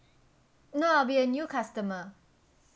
no I'll be a new customer